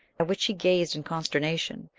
at which he gazed in consternation,